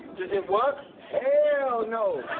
does it work? hell, no.